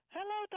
Hello